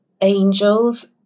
Angels